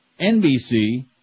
NBC